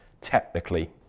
technically